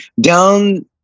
down